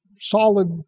solid